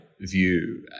view